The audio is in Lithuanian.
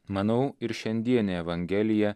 manau ir šiandienė evangelija